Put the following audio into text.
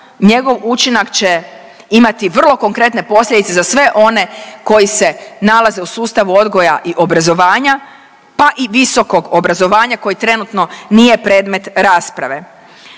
njegov učinak će imati vrlo konkretne posljedice za sve one koji se nalaze u sustavu odgoja i obrazovanja pa i visokog obrazovanja, koji trenutno nije predmet rasprave.